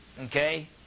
okay